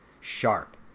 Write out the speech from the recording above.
sharp